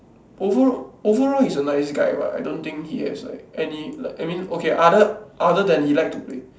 over~ overall he's a nice guy [what] I don't think he has like any like I mean okay other other than he like to play